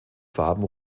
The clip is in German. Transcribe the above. farben